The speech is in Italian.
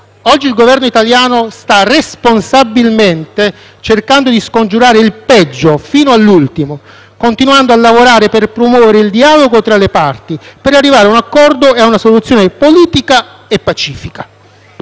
oggi il Governo italiano sta responsabilmente cercando di scongiurare il peggio fino all'ultimo, continuando a lavorare per promuovere il dialogo tra le parti, per arrivare a un accordo e a una soluzione politica e pacifica.